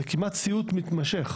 זה כמעט סיוט מתמשך